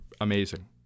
amazing